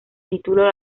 título